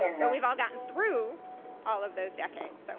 but we've all gotten through all of those decades. like